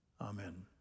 Amen